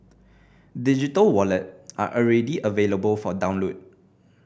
digital wallet are already available for download